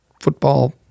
football